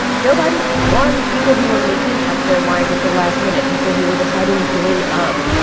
joe biden won people who were making up their minds at the last minute, people who were deciding day of.